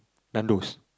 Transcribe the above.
Nandos